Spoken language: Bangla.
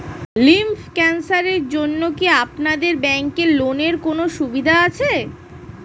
লিম্ফ ক্যানসারের জন্য কি আপনাদের ব্যঙ্কে লোনের কোনও সুবিধা আছে?